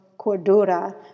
Cordura